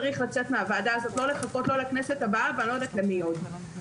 זה צריך לצאת מהוועדה הזאת ולא לחכות לכנסת הבאה ואני לא יודעת למי עוד.